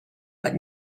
but